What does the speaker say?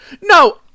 No